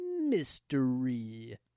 mystery